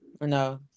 No